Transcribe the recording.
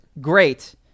Great